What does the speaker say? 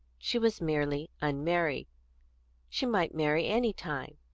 she was merely unmarried she might marry any time.